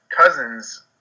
Cousins